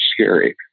scary